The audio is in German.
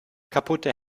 kaputte